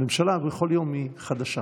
הממשלה, בכל יום היא חדשה.